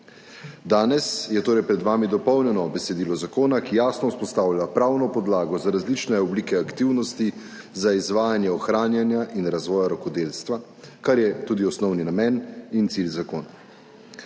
Danes je torej pred vami dopolnjeno besedilo zakona, ki jasno vzpostavlja pravno podlago za različne oblike aktivnosti za izvajanje ohranjanja in razvoja rokodelstva, kar je tudi osnovni namen in cilj zakona.